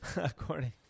according